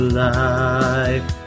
life